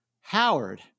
Howard